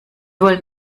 wollen